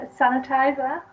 sanitizer